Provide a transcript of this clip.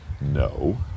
no